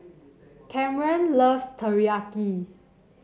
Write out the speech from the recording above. Kamren loves Teriyaki